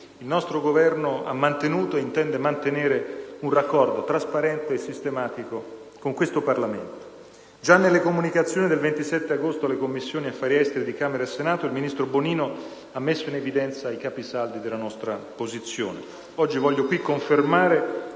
il nostro Governo ha mantenuto e intende mantenere un raccordo trasparente e sistematico con questo Parlamento. Già nelle comunicazioni del 27 agosto presso le Commissioni affari esteri di Camera e Senato il ministro Bonino ha messo in evidenza i capisaldi della nostra posizione. Oggi voglio qui confermare